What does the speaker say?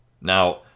Now